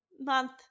month